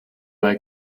bei